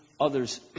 Others